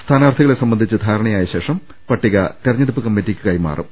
സ്ഥാനാർത്ഥികളെ സംബന്ധിച്ച് ധാരണിയായശേഷം പട്ടിക തെരഞ്ഞെടുപ്പ് കമ്മിറ്റിക്ക് കൈമാറും